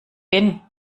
bin